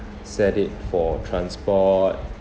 set it for transport